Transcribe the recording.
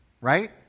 right